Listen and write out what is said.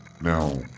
Now